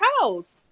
house